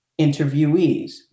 interviewees